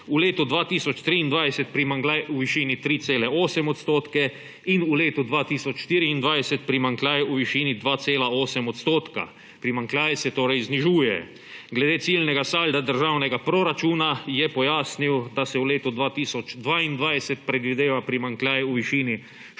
v letu 2023 primanjkljaj v višini 3,8 % in v letu 2024 primanjkljaj v višini 2,8 %. Primanjkljaj se torej znižuje. Glede ciljnega salda državnega proračuna je pojasnil, da se v letu 2022 predvideva primanjkljaj v višini 4,9